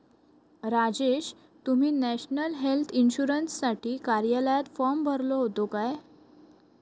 राजेश, तुम्ही national health इन्शुरन्ससाठी कार्यालयात फॉर्म भरलो होतो काय?